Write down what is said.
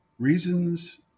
Reasons